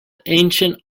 ancient